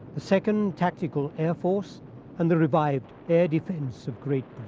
the second tactical air force and the revived air defense of great